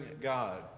God